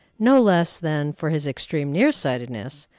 no less than for his extreme near-sightedness,